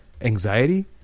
anxiety